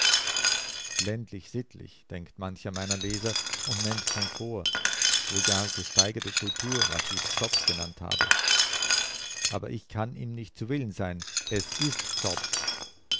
ländlich sittlich denkt mancher meiner leser und nennt komfort wohl gar gesteigerte kultur was ich zopf genannt habe aber ich kann ihm nicht zu willen sein es ist zopf